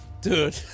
Dude